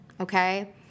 okay